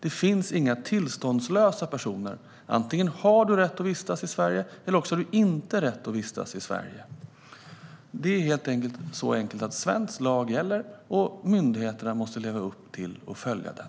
Det finns inga tillståndslösa personer. Antingen har du rätt att vistas i Sverige, eller så har du inte rätt att vistas i Sverige. Det är helt enkelt så att svensk lag gäller, och myndigheterna måste leva upp och följa den.